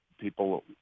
people